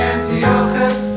Antiochus